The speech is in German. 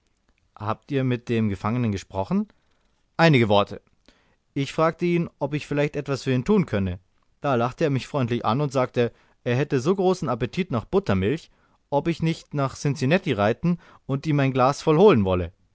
habt ihr mit dem gefangenen gesprochen einige worte ich fragte ihn ob ich vielleicht etwas für ihn tun könne da lachte er mich freundlich an und sagte er hätte so großen appetit nach buttermilch ob ich nicht nach cincinnati reiten und ihm ein glas voll holen wolle